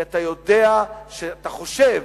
כי אתה יודע, אתה חושב